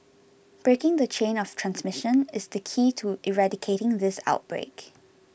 breaking the chain of transmission is the key to eradicating this outbreak